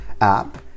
app